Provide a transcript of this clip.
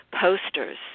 posters